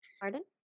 Pardon